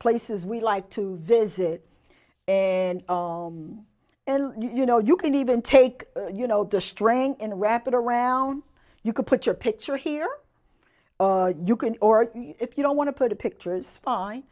places we like to visit in and you know you can even take you know the strength and wrap it around you can put your picture here you can or if you don't want to put a picture is fine